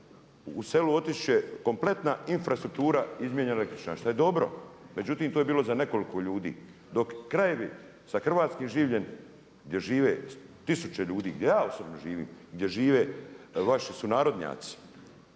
ne razumije./… kompletna infrastruktura …/Govornik se ne razumije./… električna, šta je dobro međutim to je bilo za nekoliko ljudi. Dok krajevi sa hrvatskim življem gdje žive tisuće ljudi, gdje ja osobno živim, gdje žive vaši sunarodnjaci